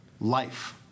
Life